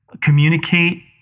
communicate